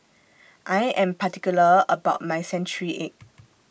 I Am particular about My Century Egg